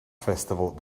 festival